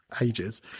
ages